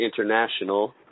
International